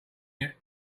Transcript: yet